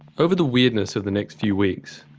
over the weirdness of the next few weeks,